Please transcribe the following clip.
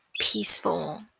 peaceful